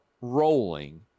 rolling